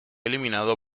eliminado